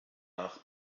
nach